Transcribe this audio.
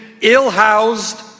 ill-housed